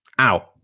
Ow